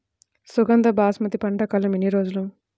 సుగంధ బాసుమతి పంట కాలం ఎన్ని రోజులు?